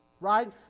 right